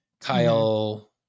Kyle